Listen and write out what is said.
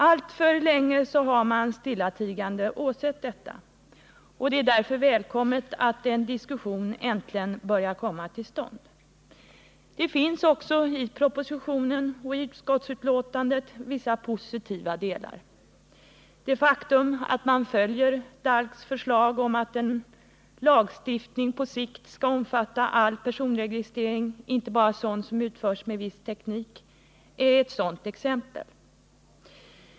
Alltför länge har man stillatigande åsett detta. Det är därför välkommet att en diskussion äntligen börjar komma till stånd. Det finns också i propositionen och i utskottsbetänkandet vissa positiva delar. Det faktum att man följer DALK:s förslag om att en lagstiftning på sikt skall omfatta all personregistrering och inte bara sådan som utförs med viss teknik är ett sådant exempel.